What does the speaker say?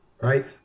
right